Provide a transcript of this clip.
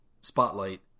spotlight